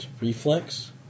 Reflex